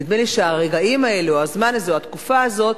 נדמה לי שהרגעים האלה, הזמן הזה, התקופה הזאת,